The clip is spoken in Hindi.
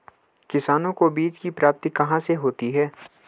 किसानों को बीज की प्राप्ति कहाँ से होती है?